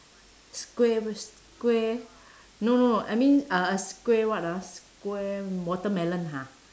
square wh~ square no no no I mean uh square what ah square watermelon ha